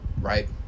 right